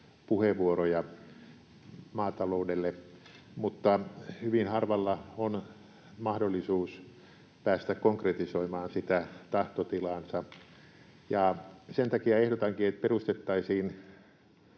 puheenvuoroja, mutta hyvin harvalla on mahdollisuus päästä konkretisoimaan sitä tahtotilaansa. Sen takia ehdotankin, että perustettaisiin